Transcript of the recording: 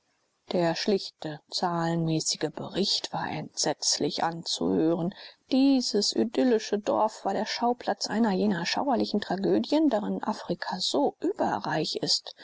der schlichte zahlenmäßige bericht war entsetzlich anzuhören dieses idyllische dorf war der schauplatz einer jener schauerlichen tragödien daran afrika so überreich ist